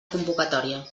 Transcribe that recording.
convocatòria